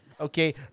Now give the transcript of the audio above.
Okay